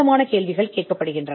மேலும் கேள்விகள் கேட்கப்படுகின்றன